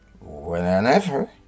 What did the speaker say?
whenever